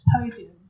podium